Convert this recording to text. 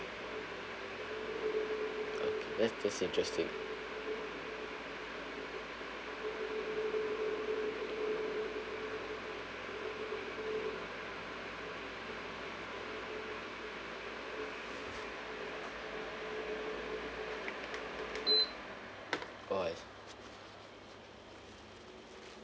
okay th~ that's interesting oh I s~